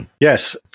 Yes